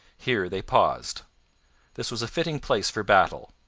here they paused this was a fitting place for battle.